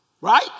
Right